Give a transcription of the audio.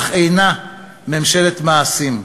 אך אינה ממשלת מעשים.